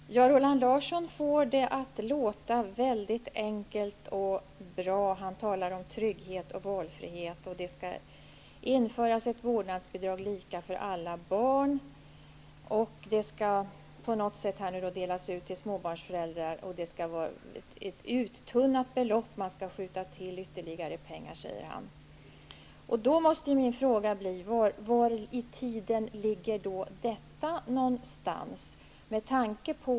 Fru talman! Roland Larsson får det att låta mycket enkelt och bra. Han talar om trygghet och valfrihet. Han säger också att man skall införa ett vårdnadsbidrag som är lika för alla barn. Det skall på något sätt delas ut till småbarnsföräldrar. Det är fråga om ett uttunnat belopp. Han säger att man skall skjuta till ytterligare pengar. Var i tiden kommer detta in?